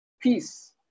peace